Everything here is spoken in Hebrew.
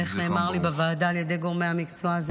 איך נאמר לי בוועדה על ידי גורמי המקצוע?